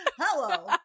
hello